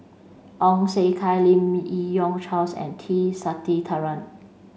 Ong Siong Kai Lim Yi Yong Charles and T Sasitharan